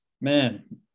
man